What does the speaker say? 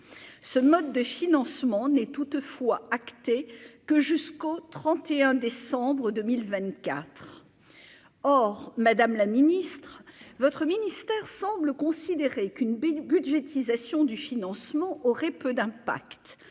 ce mode de financement n'est toutefois acté que jusqu'au 31 décembre 2024 or, Madame la Ministre votre ministère semblent considérer qu'une budgétisation du financement aurait peu d'impact,